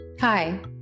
Hi